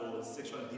sexual